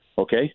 Okay